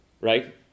Right